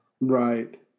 Right